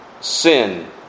sin